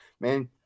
man